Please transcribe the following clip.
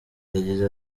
yagize